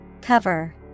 Cover